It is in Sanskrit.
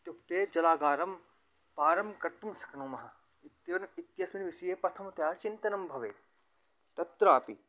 इत्युक्ते जलागारं पारं कर्तुं शक्नुमः इत्यनेन इत्यस्मिन् विषये प्रथमतया चिन्तनं भवेत् तत्रापि